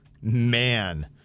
Man